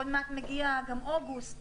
עוד מעט מגיע אוגוסט,